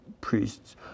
priests